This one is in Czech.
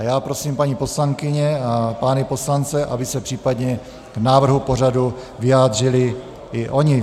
Já prosím paní poslankyně a pány poslance, aby se případně k návrhu pořadu vyjádřili i oni.